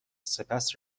سپس